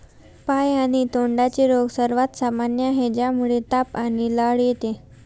पाय आणि तोंडाचे रोग सर्वात सामान्य आहेत, ज्यामुळे ताप आणि लाळ येते